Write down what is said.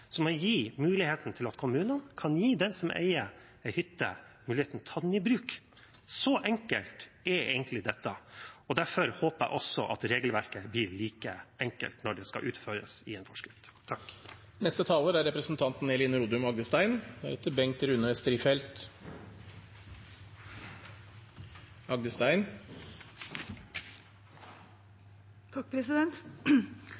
som å gi kommunene mulighet til å gi den som eier en hytte, muligheten til å ta den i bruk. Så enkelt er egentlig dette. Derfor håper jeg også at regelverket blir like enkelt når det skal utføres i en forskrift.